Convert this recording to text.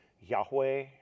Yahweh